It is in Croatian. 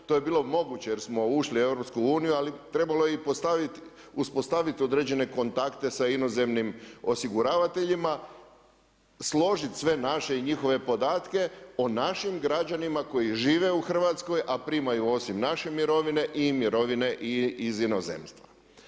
To je bilo moguće, jer smo ušli u EU, ali trebalo je i uspostavit određene kontakte sa inozemnim osiguravateljima, složit sve naše i njihove podatke o našim građanima koji žive u Hrvatskoj, a primaju osim naše mirovine i mirovine iz inozemstva.